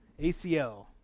ACL